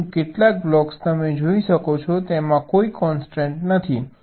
પરંતુ કેટલાક બ્લોક્સ તમે જોઈ શકો છો તેમાં કોઈ કોન્સ્ટ્રેન્ટ નથી